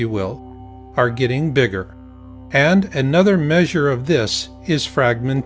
you will are getting bigger and another measure of this is fragment